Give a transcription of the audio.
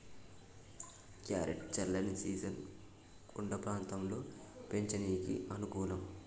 carrot చల్లని season కొండ ప్రాంతంలో పెంచనీకి అనుకూలం